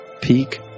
peak